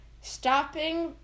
Stopping